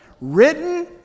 Written